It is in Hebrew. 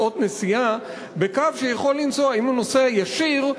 של נסיעה בקו שיכול לנסוע אם הוא נוסע ישיר,